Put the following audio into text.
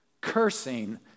cursing